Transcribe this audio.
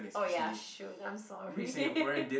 oh ya shoot I'm sorry